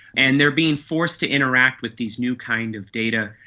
and they are being forced to interact with these new kind of data,